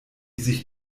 sich